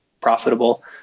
profitable